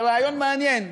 זה רעיון מעניין.